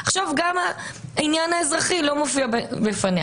ועכשיו גם העניין האזרחי לא מופיע בפניה.